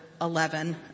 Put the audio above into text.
11